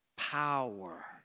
Power